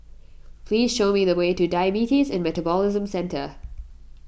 please show me the way to Diabetes and Metabolism Centre